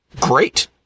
great